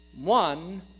one